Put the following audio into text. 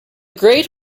great